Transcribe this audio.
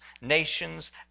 nations